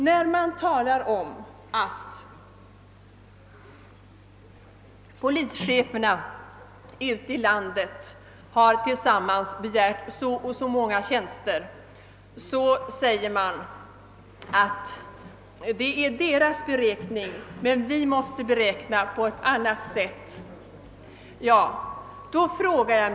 När polischeferna ute i landet begär så och så många tjänster, heter det att det är deras beräkning men att vi måste beräkna på ett annat sätt.